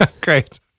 Great